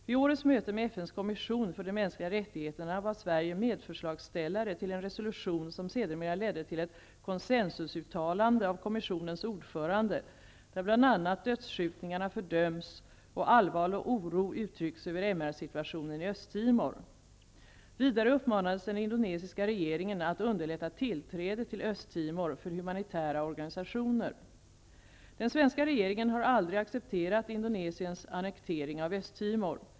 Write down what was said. Vid årets möte med FN:s kommission för de mänskliga rättigheterna var Sverige medförslagsställare till en resolution som sedermera ledde till ett konsensusuttalande av kommissionens ordförande, där bl.a. dödsskjutningarna fördöms och allvarlig oro uttrycks över MR-situationen i Östtimor. Vidare uppmanades den indonesiska regeringen att underlätta tillträdet till Östtimor för humanitära organisationer. Den svenska regeringen har aldrig accepterat Indonesiens annektering av Östtimor.